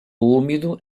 úmido